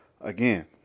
again